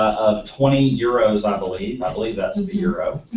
of twenty euros i believe, i believe that's the euro.